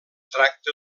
tracta